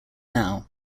now